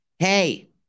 Hey